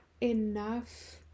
enough